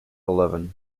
eleven